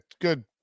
good